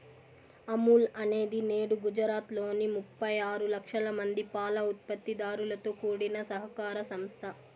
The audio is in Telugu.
అమూల్ అనేది నేడు గుజరాత్ లోని ముప్పై ఆరు లక్షల మంది పాల ఉత్పత్తి దారులతో కూడిన సహకార సంస్థ